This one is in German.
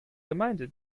gemeinde